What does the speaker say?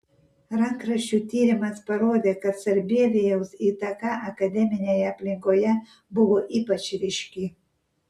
rankraščių tyrimas parodė kad sarbievijaus įtaka akademinėje aplinkoje buvo ypač ryški